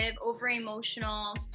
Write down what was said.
over-emotional